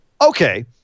Okay